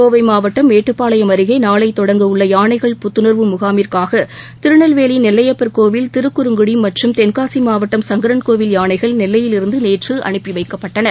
கோவை மாவட்டம் மேட்டுப்பாளையம் அருகே நாளை தொடங்க இருக்கும் யானைகள் புத்துணர்வு முகாமிற்காக திருநெல்வேலி நெல்லையப்பர் கோவில் திருக்குறங்குடி மற்றும் தென்காசி மாவட்டம் சங்கரன்கோவில் யானைகள் நெல்லையிலிருந்து நேற்று அனுப்பி வைக்கப்பட்டன